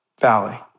valley